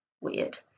weird